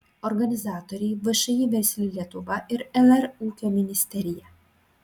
organizatoriai všį versli lietuva ir lr ūkio ministerija